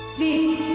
the